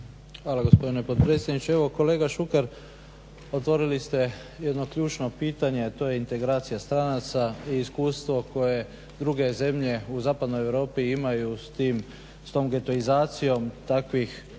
Hvala gospodine potpredsjedniče. Evo kolega Šuker otvorili ste jedno ključno pitanje a to je integracija stranaca i iskustvo koje druge zemlje u Zapadnoj Europi imaju s tom getoizacijom takvih